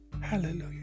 Hallelujah